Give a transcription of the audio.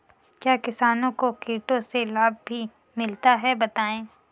क्या किसानों को कीटों से लाभ भी मिलता है बताएँ?